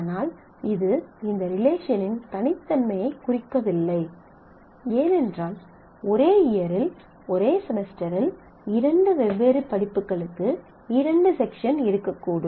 ஆனால் இது இந்த ரிலேஷனின் தனித்தன்மையைக் குறிக்கவில்லை ஏனென்றால் ஒரே இயரில் ஒரே செமஸ்டரில் இரண்டு வெவ்வேறு படிப்புகளுக்கு இரண்டு செக்ஷன் இருக்கக்கூடும்